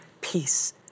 peace